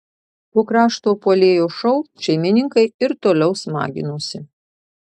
po krašto puolėjo šou šeimininkai ir toliau smaginosi